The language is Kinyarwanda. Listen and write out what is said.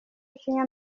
kenya